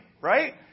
Right